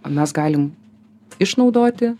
o mes galim išnaudoti